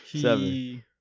seven